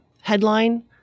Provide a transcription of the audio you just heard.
headline